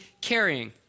carrying